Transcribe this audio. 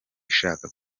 ishaka